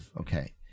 okay